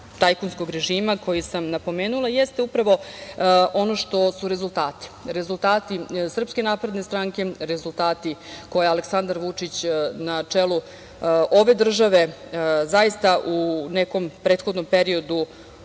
tajkunskog režima koji sam napomenula, jeste upravo ono što su rezultati, rezultati SNS, rezultati koje Aleksandar Vučić na čelu ove države zaista u nekom prethodnom periodu